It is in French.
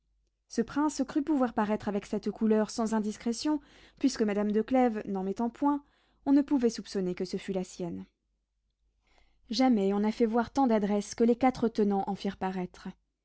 ce prince crut pouvoir paraître avec cette couleur sans indiscrétion puisque madame de clèves n'en mettant point on ne pouvait soupçonner que ce fût la sienne jamais on n'a fait voir tant d'adresse que les quatre tenants en firent paraître